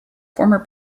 former